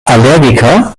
allergiker